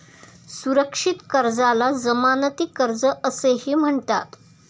सुरक्षित कर्जाला जमानती कर्ज असेही म्हणतात